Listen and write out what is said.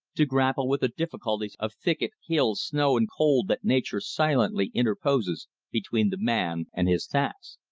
to grapple with the difficulties of thicket, hill, snow, and cold that nature silently interposes between the man and his task.